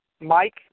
Mike